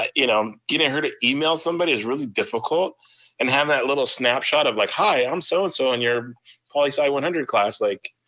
ah you know getting her to email somebody is really difficult and having that little snapshot of like, hi, i'm so and so on your poli sci one hundred class, like,